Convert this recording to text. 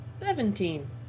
Seventeen